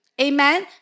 Amen